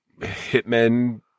hitmen